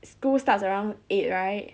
school starts around eight right